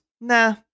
nah